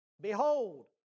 Behold